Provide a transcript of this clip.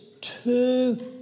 two